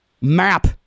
map